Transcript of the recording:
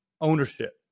ownership